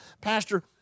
Pastor